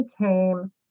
came